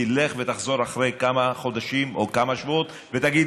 תלך ותחזור אחרי כמה חודשים או כמה שבועות ותגיד: